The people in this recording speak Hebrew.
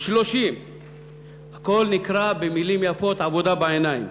30. הכול נקרא במילים יפות עבודה בעיניים.